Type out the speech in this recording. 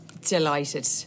delighted